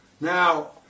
Now